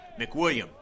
McWilliam